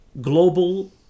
global